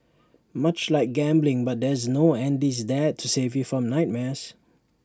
much like gambling but there's no Andy's Dad to save you from nightmares